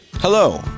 Hello